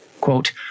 Quote